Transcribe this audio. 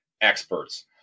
experts